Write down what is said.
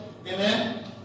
amen